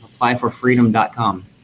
applyforfreedom.com